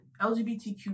LGBTQ